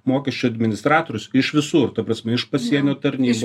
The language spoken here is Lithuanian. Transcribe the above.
mokesčių administratorius iš visų ir ta prasme iš pasienio tarnybos